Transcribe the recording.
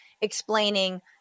explaining